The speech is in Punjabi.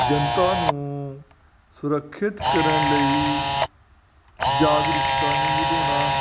ਜਨਤਾ ਨੂੰ ਸੁਰੱਖਿਅਤ ਕਰਨ ਲਈ ਜਾਗਰੂਕਤਾ ਨੂੰ ਵਧਾਉਣਾ